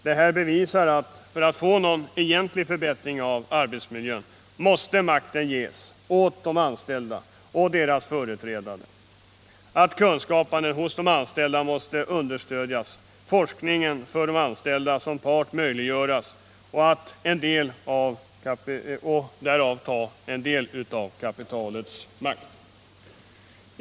Detta bevisar att för att få någon egentlig förbättring av arbetsmiljön måste makten ges åt de anställda och deras företrädare, kunskapande hos de anställda understödjas, forskningen för de anställda som part möjliggöras och en del av kapitalets makt tas därvid.